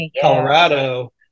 Colorado